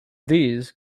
these